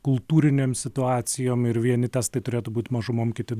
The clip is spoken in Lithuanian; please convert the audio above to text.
kultūrinėms situacijom ir vieni testai turėtų būt mažumom kiti